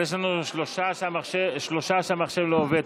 אז יש לנו שלושה שהמחשב שלהם לא עובד.